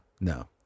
no